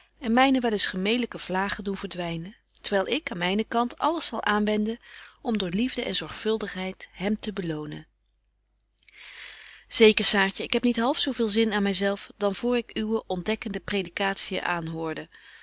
en myne wel eens gemelyke vlagen doen verdwynen terwyl ik aan mynen kant alles zal aanwenden om door liefde en zorgvuldigheid hem te belonen zeker saartje ik heb niet half zo veel zin aan my zelf dan voor ik uwe ontdekkende predikatien aanhoorde